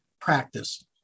practice